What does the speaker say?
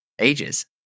ages